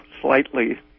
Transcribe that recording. slightly